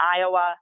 Iowa